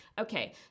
Okay